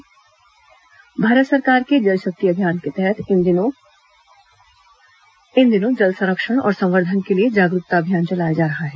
केंद्रीय सचिव जल संवर्धन भारत सरकार के जल शक्ति अभियान के तहत इन दिनों जल संरक्षण और संवर्धन के लिए जागरूकता अभियान चलाया जा रहा है